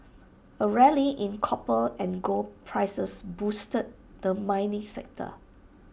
A rally in copper and gold prices boosted the mining sector